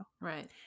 Right